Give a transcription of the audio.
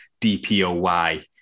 DPOY